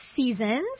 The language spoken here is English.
Seasons